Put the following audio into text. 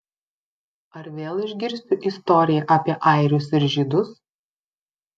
ar vėl išgirsiu istoriją apie airius ir žydus